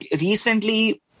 recently